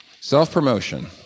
self-promotion